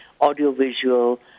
audiovisual